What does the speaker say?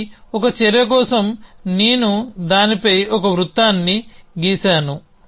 ఇది ఒక చర్య కోసం నేను దానిపై ఒక వృత్తాన్ని గీసాను